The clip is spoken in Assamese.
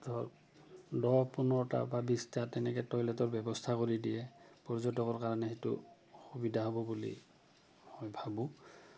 ধৰক দহ পোন্ধৰটা বা বিছটা তেনেকে টয়লেটৰ ব্যৱস্থা কৰি দিয়ে পৰ্যটকৰ কাৰণে সেইটো সুবিধা হ'ব বুলি মই ভাবোঁ